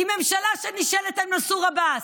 עם ממשלה שנשענת על מנסור עבאס?